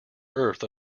earth